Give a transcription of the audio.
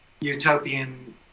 utopian